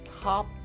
top